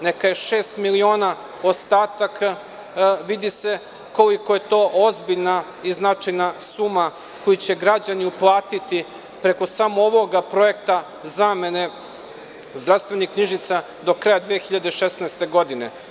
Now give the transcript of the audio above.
Neka je šest miliona ostatak, vidi se koliko je to ozbiljna i značajna suma koju će građani uplatiti preko samo ovoga projekta zamene zdravstvenih knjižica do kraja 2016. godine.